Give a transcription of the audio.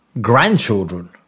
grandchildren